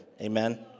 Amen